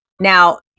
Now